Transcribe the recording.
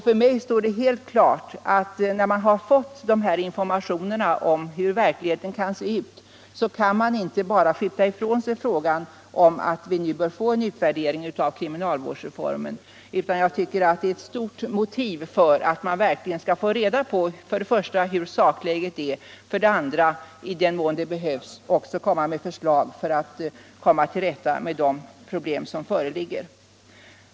För mig står det helt klart att man, inte kan skjuta ifrån sig kravet på en utvärdering av kriminalvårdsreformen. Det föreligger starka skäl för att man skall ta reda på hur läget verkligen är och även — i den mån det behövs — lägga fram förslag för att kommma till rätta med de problem som föreligger.